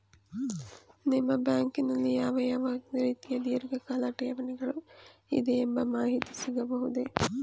ನಿಮ್ಮ ಬ್ಯಾಂಕಿನಲ್ಲಿ ಯಾವ ಯಾವ ರೀತಿಯ ಧೀರ್ಘಕಾಲ ಠೇವಣಿಗಳು ಇದೆ ಎಂಬ ಮಾಹಿತಿ ಸಿಗಬಹುದೇ?